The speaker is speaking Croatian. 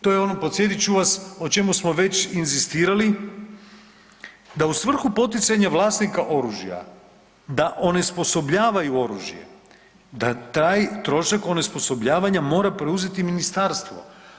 To je ono podsjetit ću vas o čemu smo već inzistirali da u svrhu poticanja vlasnika oružja da onesposobljavaju oružje, da taj trošak onesposobljavanja mora preuzeti ministarstvo.